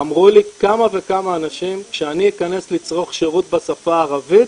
אמרו לי כמה וכמה אנשים: כשאני אכנס לצרוך שירות בשפה הערבית